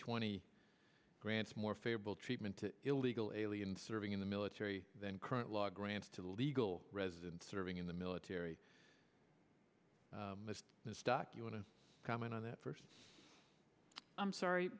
twenty grants more favorable treatment to illegal aliens serving in the military than current law grants to legal residents serving in the military is stuck you want to comment on that first i'm sorry